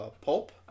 Pulp